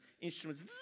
instruments